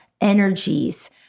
energies